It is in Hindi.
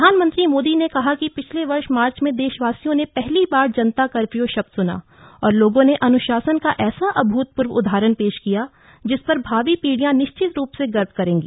प्रधानमंत्री मोदी ने कहा कि पिछले वर्ष मार्च में देशवासियों ने पहली बार जनता कर्फ्यू शब्द सूना और लोगों ने अनुशासन का ऐसा अभूतपूर्व उदाहरण पेश किया जिस पर भावी पीढियां निश्चित रूप से गर्व करेंगी